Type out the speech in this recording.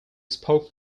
spoke